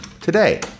today